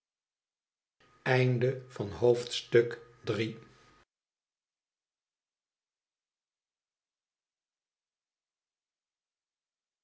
hoofdstuk van het